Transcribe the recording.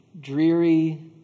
dreary